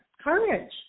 courage